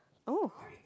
oh